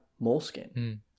moleskin